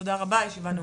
תודה רבה, הישיבה נעולה.